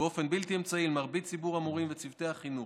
ובאופן בלתי אמצעי למרבית ציבור המורים וצוותי החינוך.